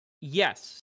yes